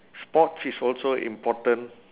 sports is also important